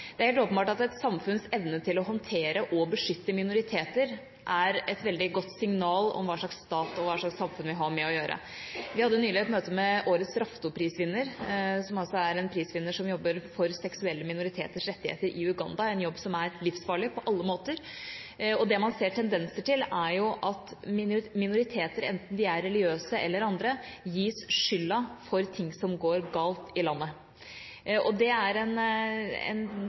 Det er helt åpenbart at et samfunns evne til å håndtere og beskytte minoriteter er et veldig godt signal om hva slags stat og hva slags samfunn vi har med å gjøre. Vi hadde nylig et møte med årets Raftopris-vinner, som jobber for seksuelle minoriteters rettigheter i Uganda, en jobb som er livsfarlig på alle måter. Det man ser tendenser til, er at minoriteter, enten religiøse eller andre, gis skylda for ting som går galt i landet. Det er en